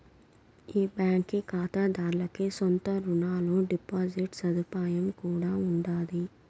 ఈ బాంకీ కాతాదార్లకి సొంత రునాలు, డిపాజిట్ సదుపాయం కూడా ఉండాది